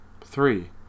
Three